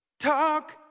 Talk